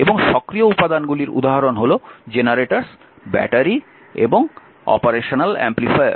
এবং সক্রিয় উপাদানগুলির উদাহরণ হল জেনারেটর ব্যাটারি এবং অপারেশনাল এমপ্লিফায়ার